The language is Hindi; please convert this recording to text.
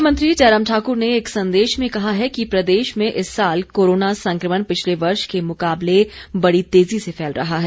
मुख्यमंत्री जयराम ठाक्र ने एक संदेश में कहा है कि प्रदेश में इस साल कोरोना संक्रमण पिछले वर्ष के मुकाबले बड़ी तेज़ी से फैल रहा है